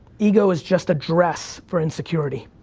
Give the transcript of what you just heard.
ego is just a dress for insecurity.